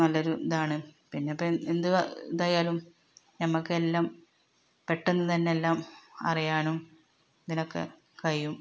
നല്ല ഒരു ഇതാണ് പിന്നെ ഇപ്പൊൾ എന്ത് ഇതായാലും നമ്മൾക്ക് എല്ലാം പെട്ടെന്ന് തന്നെ എല്ലാം അറിയാനും ഇതിനൊക്കെ കഴിയും